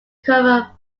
cover